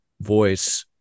voice